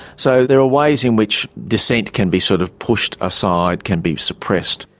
so there are ways in which dissent can be sort of pushed aside, can be suppressed.